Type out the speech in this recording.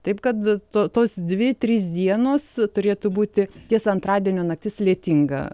taip kad to tos dvi trys dienos turėtų būti tiesa antradienio naktis lietinga